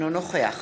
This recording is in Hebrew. אינו נוכח